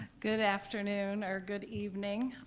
good afternoon, or good evening,